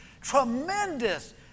tremendous